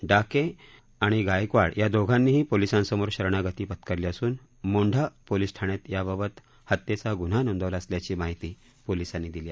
डाके आणि दरम्यान गायकवाड या दोघांनीही पोलिसांसमोर शरणागती पत्करली असून मोंढा पोलिस ठाण्यात याबाबत हत्येचा ग्न्हा नोंदवला असल्याची माहिती पोलिसांनी दिली